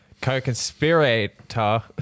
co-conspirator